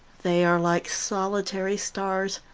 they are like solitary stars,